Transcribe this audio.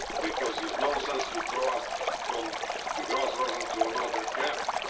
because is no sense to throw us from gross-rosen to another camp.